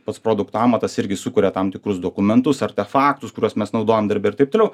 pats produkto amatas irgi sukuria tam tikrus dokumentus artefaktus kuriuos mes naudojam darbe ir taip toliau